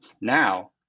now